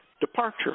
Departure